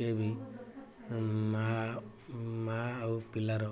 କିଏ ବି ମାଆ ମାଆ ଆଉ ପିଲାର